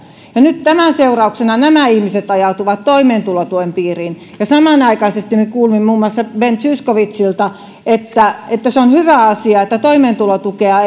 ja nyt tämän seurauksena nämä ihmiset ajautuvat toimeentulotuen piiriin samanaikaisesti me kuulimme muun muassa ben zyskowiczilta että että on hyvä asia että toimeentulotukea